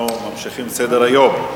אנחנו ממשיכים בסדר-היום: